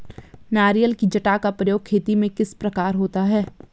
नारियल की जटा का प्रयोग खेती में किस प्रकार होता है?